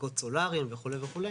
גגות סולאריים וכו' וכו',